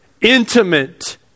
intimate